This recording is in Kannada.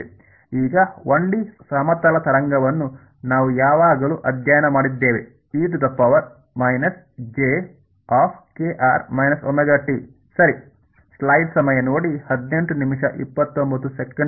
ಈಗ 1 ಡಿ ಸಮತಲ ತರಂಗವನ್ನು ನಾವು ಯಾವಾಗಲೂ ಅಧ್ಯಯನ ಮಾಡಿದ್ದೇವೆ ಸರಿ